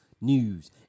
news